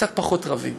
וקצת פחות רבים